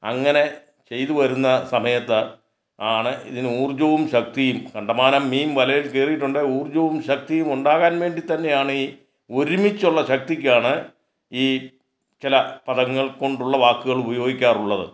അങ്ങനെ ചെയ്ത് വരുന്ന സമയത്ത് ആണ് ഇതിനു ഊർജ്ജവും ശക്തിയും കണ്ടമാനം മീൻ വലയിൽ കേറിയിട്ടുണ്ട് ഊർജ്ജവും ശക്തിയും ഉണ്ടാകാൻ വേണ്ടി തന്നെയാണീ ഒരുമിച്ചുള്ള ശക്തിക്കാണ് ഈ ചില പദങ്ങൾ കൊണ്ടുള്ള വാക്കുകൾ ഉപയോഗിക്കാറുള്ളത്